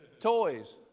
Toys